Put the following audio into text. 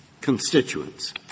constituents